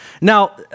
Now